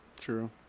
True